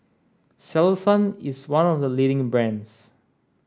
Selsun is one of the leading brands